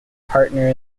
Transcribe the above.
partner